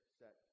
set